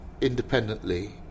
independently